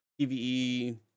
pve